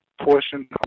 portion